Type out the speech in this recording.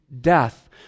death